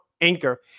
Anchor